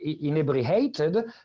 inebriated